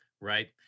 right